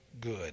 good